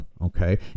okay